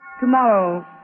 Tomorrow